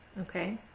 okay